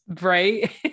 right